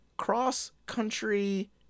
Cross-country